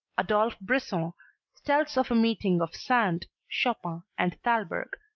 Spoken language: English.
adolphe brisson tells of a meeting of sand, chopin and thalberg,